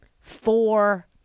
four